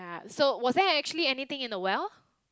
so was there actually anything in the well